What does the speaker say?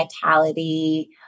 vitality